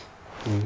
mm